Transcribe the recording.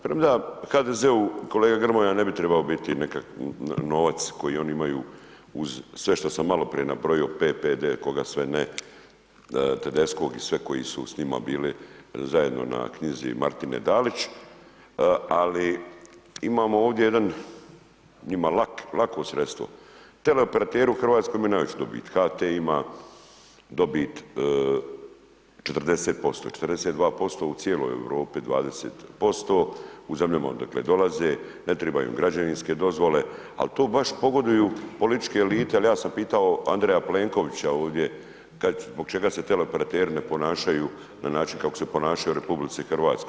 Premda HDZ-u kolega Grmoja ne bi trebao biti nekakav novac koji oni imaju uz sve što sam maloprije nabrojio PPD, koga sve ne, Tedeschkog i sve koji su s njima bili zajedno na knjizi Martine Dalić, ali imamo ovdje jedan njima lak, lako sredstvo teleoperateri u Hrvatskoj imaju najveću dobit, HT ima dobit 40%, 42% u cijeloj Europi 20% u zemljama odakle dolaze, ne triba im građevinske dozvole, al to baš pogoduju političke elite jel ja sam pitao Andreja Plenkovića ovdje zbog čega se teleoperateri ne ponašaju na način kako se ponašaju u RH.